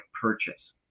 purchase